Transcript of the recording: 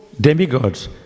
demigods